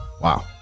Wow